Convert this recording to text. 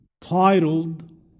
titled